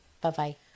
Bye-bye